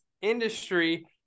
industry